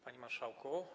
Panie Marszałku!